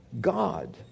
God